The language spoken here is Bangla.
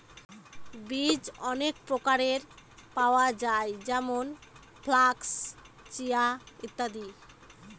বীজ অনেক প্রকারের পাওয়া যায় যেমন ফ্লাক্স, চিয়া, ইত্যাদি